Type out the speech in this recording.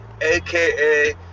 aka